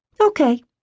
Okay